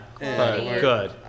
Good